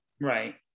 Right